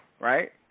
Right